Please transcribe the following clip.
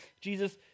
Jesus